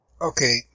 Okay